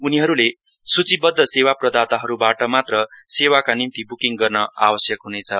उनीहरूले सूचिबद्ध सेवा प्रदाताहरूबाट मात्र सेवाका निम्ति बुकिङ गर्न आवश्यक हुनेछ